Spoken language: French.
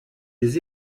des